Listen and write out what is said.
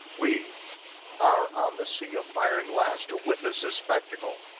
we are on the sea of fire and glass to witness this spectacle.